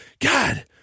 God